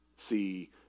See